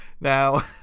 Now